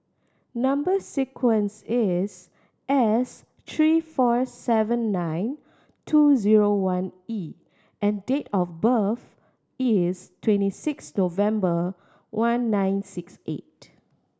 number sequence is S three four seven nine two zero one E and date of birth is twenty six November one nine six eight